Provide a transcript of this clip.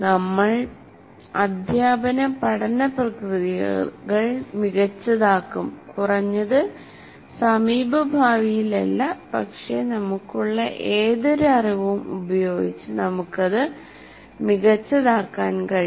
നമ്മൾ അദ്ധ്യാപന പഠന പ്രക്രിയകൾ മികച്ചതാക്കും കുറഞ്ഞത് സമീപഭാവിയിലല്ല പക്ഷേ നമുക്കുള്ള ഏതൊരു അറിവും ഉപയോഗിച്ച് നമുക്ക് അത് മികച്ചതാക്കാൻ കഴിയും